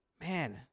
Man